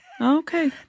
Okay